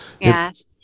yes